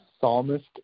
psalmist